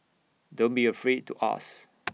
don't be afraid to ask